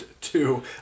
two